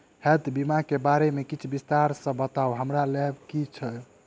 Health बीमा केँ बारे किछ विस्तार सऽ बताउ हमरा लेबऽ केँ छयः?